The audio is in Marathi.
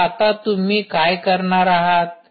तर आता तुम्ही काय करणार आहात